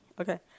okay